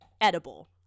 edible